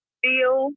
feel